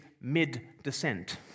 mid-descent